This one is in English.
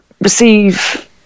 receive